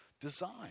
design